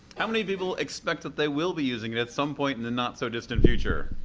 how many people expect that they will be using it at some point in the not so distant future?